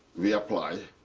we apply.